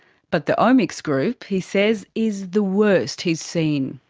but the omics group, he says, is the worst he's seen.